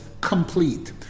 complete